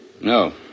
No